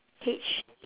H